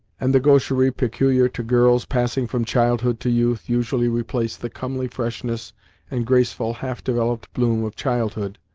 and the gaucherie peculiar to girls passing from childhood to youth usually replace the comely freshness and graceful, half-developed bloom of childhood,